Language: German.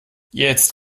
jetzt